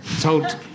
told